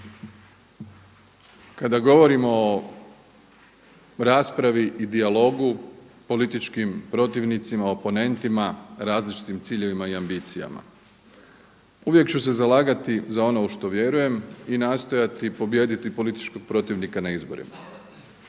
kada govorimo o raspravi i dijalogu političkim protivnicima, oponentima različitim ciljevima i ambicijama uvijek ću se zalagati za ono u što vjerujem i nastojati pobijediti političkog protivnika na izborima.